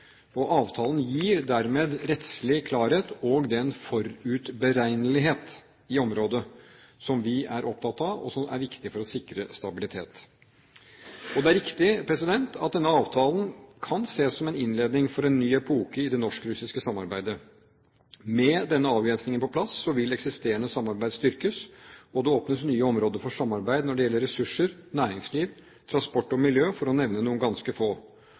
Avtalen gir dermed rettslig klarhet og den forutberegnelighet i området som vi er opptatt av, og som er viktig for å sikre stabilitet. Og det er riktig at denne avtalen kan ses som en innledning for en ny epoke i det norsk-russiske samarbeidet. Med denne avgrensningen på plass vil eksisterende samarbeid styrkes. Det åpnes nye områder for samarbeid når det gjelder ressurser, næringsliv, transport og miljø, for å nevne noen ganske få,